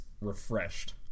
refreshed